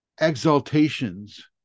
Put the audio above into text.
exaltations